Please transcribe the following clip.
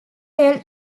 vale